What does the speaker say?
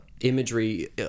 imagery